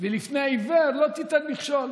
"ולפני עִוֵר לא תִתן מכשֹל"